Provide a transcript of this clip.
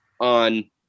on